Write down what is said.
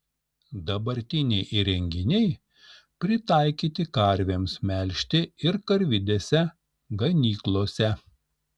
dabartiniai įrenginiai pritaikyti karvėms melžti ir karvidėse ganyklose